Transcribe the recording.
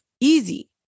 easy